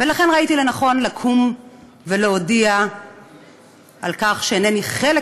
ולכן ראיתי לנכון לקום ולהודיע על כך שאינני חלק